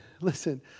listen